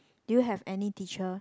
do you have any teacher